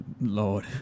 Lord